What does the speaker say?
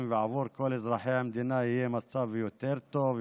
ועבור כל אזרחי המדינה יהיה מצב יותר טוב,